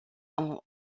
ont